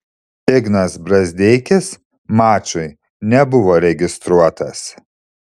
ignas brazdeikis mačui nebuvo registruotas